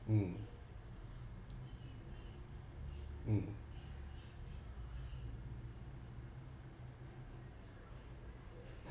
mm mm